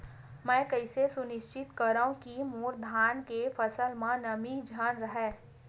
मैं कइसे सुनिश्चित करव कि मोर धान के फसल म नमी झन रहे?